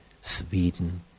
Sweden